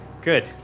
Good